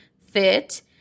fit